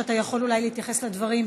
שאתה יכול אולי להתייחס לדברים.